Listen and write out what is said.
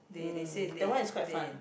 mm that one is quite fun